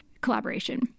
collaboration